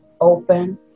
open